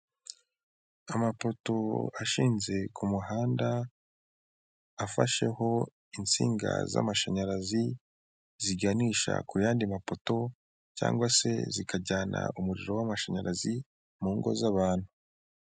Amapoto ashinze ku muhanda afasheho insinga z'amashanyarazi ziganisha ku yandi mapoto cyangwa se zikajyana umuriro w'amashanyarazi mu ngo z'abantu.